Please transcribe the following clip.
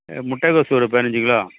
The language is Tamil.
முட்டைகோஸ் ஒரு பதினஞ்சு கிலோ